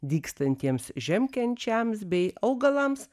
dygstantiems žiemkenčiams bei augalams